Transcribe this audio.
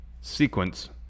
sequence